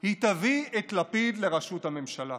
היא תביא את לפיד לראשות הממשלה.